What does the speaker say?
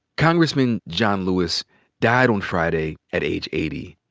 congressman john lewis died on friday at age eighty.